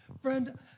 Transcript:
Friend